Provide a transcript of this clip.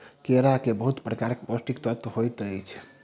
केरा में बहुत प्रकारक पौष्टिक तत्व होइत अछि